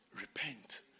Repent